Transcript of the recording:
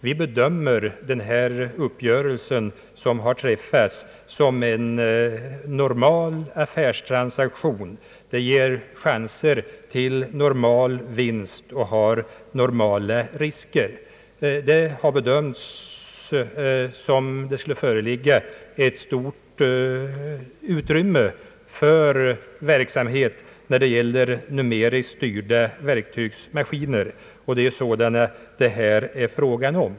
Vi bedömer den uppgörelse som träffats såsom en normal affärstransaktion, som ger chanser till normal vinst och har normala risker. Man har bedömt att det föreligger ett stort utrymme för numeriskt styrda verktygsmaskiner, som det här är fråga om.